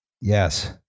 Yes